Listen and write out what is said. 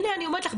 הנה אני אומרת לך,